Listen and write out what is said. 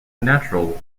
natural